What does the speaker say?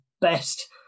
best